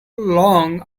long